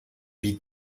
wie